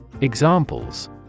Examples